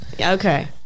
Okay